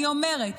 אני אומרת: